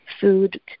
food